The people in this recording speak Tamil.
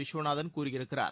விஸ்வநாதன் கூறியிருக்கிறார்